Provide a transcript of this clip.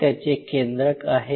हे त्यांचे केंद्रक आहे